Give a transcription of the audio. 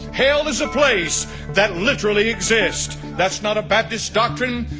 hell is a place that literally exists. that's not a baptist doctrine.